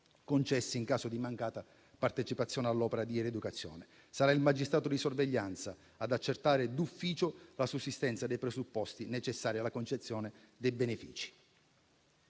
concesse in caso di mancata partecipazione all'opera di rieducazione. Sarà il magistrato di sorveglianza ad accertare d'ufficio la sussistenza dei presupposti necessari alla concessione dei benefici.